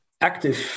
active